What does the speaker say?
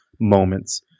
moments